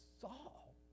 Saul